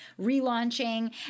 relaunching